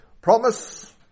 promise